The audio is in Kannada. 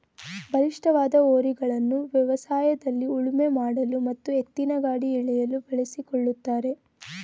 ಬಲಿಷ್ಠವಾದ ಹೋರಿಗಳನ್ನು ವ್ಯವಸಾಯದಲ್ಲಿ ಉಳುಮೆ ಮಾಡಲು ಮತ್ತು ಎತ್ತಿನಗಾಡಿ ಎಳೆಯಲು ಬಳಸಿಕೊಳ್ಳುತ್ತಾರೆ